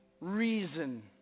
Reason